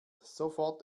sofort